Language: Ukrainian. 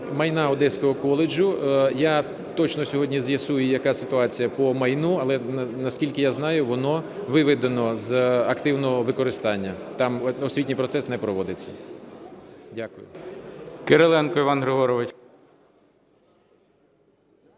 майна Одеського коледжу, я точно сьогодні з'ясую, яка ситуація по майну. Але, наскільки я знаю, воно виведено з активного використання, там освітній процес не проводиться. Дякую